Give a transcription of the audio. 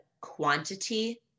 quantity